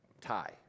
tie